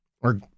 Or-